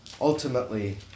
Ultimately